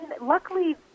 luckily